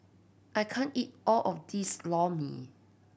I can't eat all of this Lor Mee